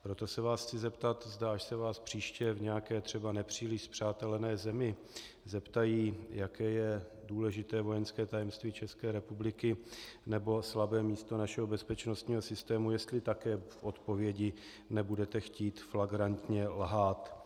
Proto se vás chci zeptat, až se vás příště v nějaké třeba nepříliš spřátelené zemi zeptají, jaké je důležité vojenské tajemství České republiky nebo slabé místo našeho bezpečnostního systému, jestli také v odpovědi nebudete chtít flagrantně lhát.